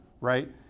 right